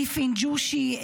ביפין ג'ושי,